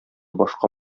башка